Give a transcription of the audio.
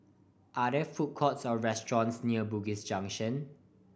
are there food courts or restaurants near Bugis Junction